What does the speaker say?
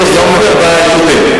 לא פילוסופיה, דברים פשוטים.